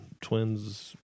Twins